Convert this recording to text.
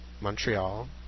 Montreal